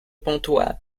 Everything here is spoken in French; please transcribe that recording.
pontoise